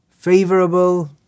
favorable